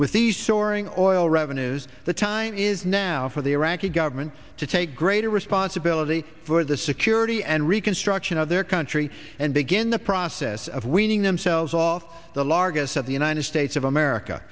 with the soaring oil revenues the time is now for the iraqi government to take greater responsibility for the security and reconstruction of their country and begin the process of weaning themselves off the largesse of the united states of america